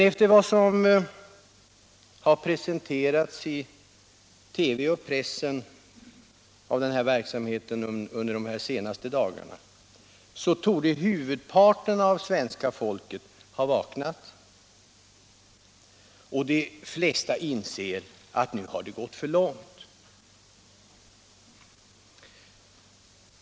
Efter vad som under de senaste dagarna presenterats i TV och press av den här verksamheten torde huvudparten av svenska folket ha vaknat, och de flesta inser att det nu har gått för långt.